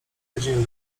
tydzień